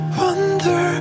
wonder